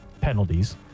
penalties